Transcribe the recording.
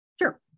sure